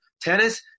Tennis